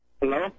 Hello